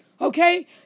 okay